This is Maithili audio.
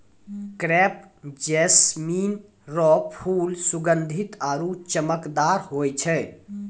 क्रेप जैस्मीन रो फूल सुगंधीत आरु चमकदार होय छै